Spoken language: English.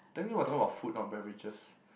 technically we're talking about food not beverages